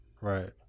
right